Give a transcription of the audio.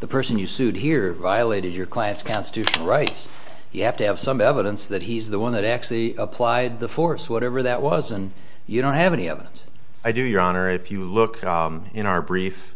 the person you sued here violated your class constitutional rights you have to have some evidence that he's the one that actually applied the force whatever that was and you don't have any evidence i do your honor if you look in our brief